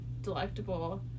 delectable